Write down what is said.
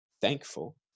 thankful